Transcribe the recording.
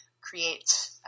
create